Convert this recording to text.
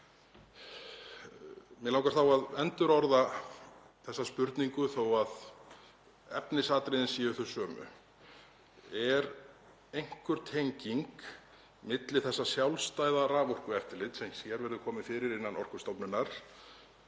Mig langar þá að endurorða þessa spurningu þó að efnisatriðin séu þau sömu: Er einhver tenging milli þessa sjálfstæða raforkueftirlits sem hér verður komið fyrir innan Orkustofnunar